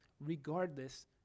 Regardless